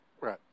Right